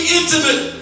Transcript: intimate